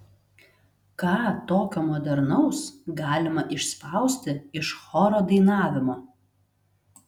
ką tokio modernaus galima išspausti iš choro dainavimo